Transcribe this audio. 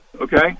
okay